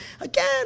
Again